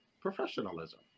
professionalism